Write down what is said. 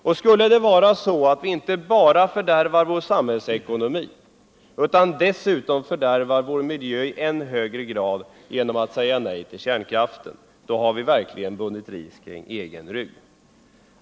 Och skulle det vara så, att vi inte bara fördärvar vår samhällsekonomi utan dessutom fördärvar vår miljö i än högre grad genom att säga nej till kärnkraften, har vi verkligen bundit ris åt egen rygg.